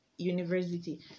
University